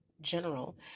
general